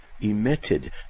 emitted